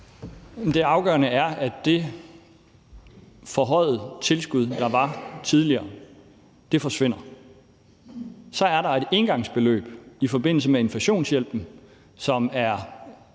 det afgørende er, at det forhøjede tilskud, der var tidligere, forsvinder. Så er der et engangsbeløb i forbindelse med inflationshjælpen, som er